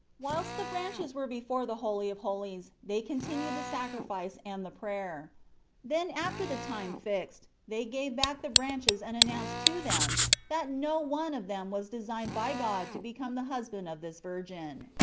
whilst the branches were before the holy of holies they continued the sacri fice and the prayer then after the time fixed, they gave back the branches and announced to them that no one of them was designed by god to become the husband of this virgin.